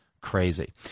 Crazy